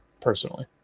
personally